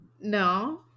no